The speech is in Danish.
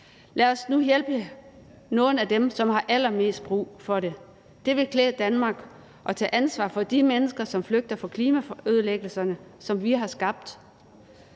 Lad os nu hjælpe nogle af dem, som har allermest brug for det. Det vil klæde Danmark at tage ansvar for de mennesker, som flygter fra klimaødelæggelserne, som vi har skabt.